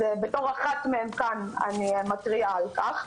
בתור אחת מהן, אני מתריעה על כך.